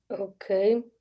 Okay